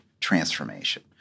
transformation